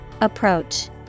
Approach